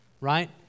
right